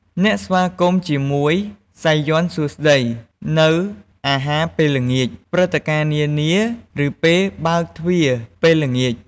អ្នកស្វាគមន៍ជាមួយ "សាយ័ន្តសួស្ដី" នៅអាហារពេលល្ងាច ព្រឹត្តិការណ៍នានា ឬ ពេលបើកទ្វាពេលល្ងាច។